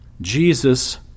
Jesus